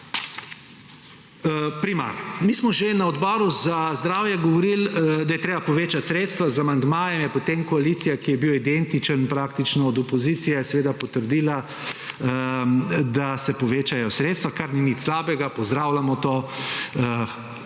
primarij. Mi smo že na Odboru za zdravje govorili, da je treba povečat sredstva, z amandmaji je potem koalicija, ki je bil identičen praktično od opozicije, seveda potrdila, da se povečajo sredstva, kar ni nič slabega, pozdravljamo to,